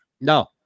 No